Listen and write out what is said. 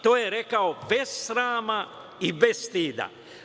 To je rekao bez srama i bez stida.